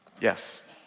Yes